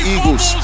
Eagles